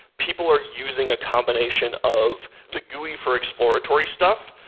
people are using a combination of the gui for exploratory stuff,